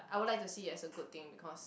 I would like to see as a good thing because